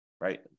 right